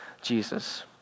Jesus